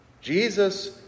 Jesus